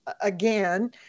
again